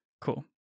Cool